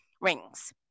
rings